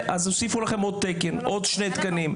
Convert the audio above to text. יוסיפו לכם עוד תקן, עוד שני תקנים.